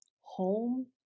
home